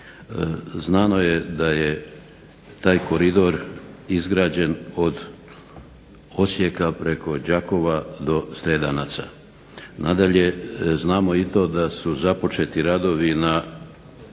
Znano je da je taj koridor izgrađen od Osijeka preko Đakova pa do Sredanaca. Nadalje, znamo i to da su započeti radovi na